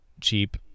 cheap